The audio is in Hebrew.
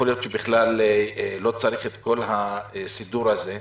יכול להיות שבכלל לא צריך את כל הסידור הזה,